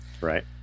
right